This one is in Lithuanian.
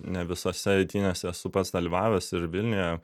ne visose eitynėse esu pats dalyvavęs ir vilniuje